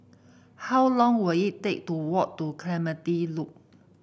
how long will it take to walk to Clementi Loop